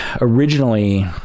originally